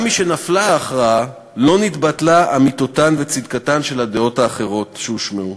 גם משנפלה ההכרעה לא נתבטלו אמיתותן וצדקתן של הדעות האחרות שהושמעו,